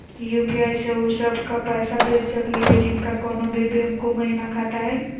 UPI स उ सब क पैसा भेज सकली हई जिनका कोनो भी बैंको महिना खाता हई?